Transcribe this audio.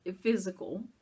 physical